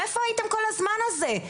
איפה הייתם כל הזמן הזה?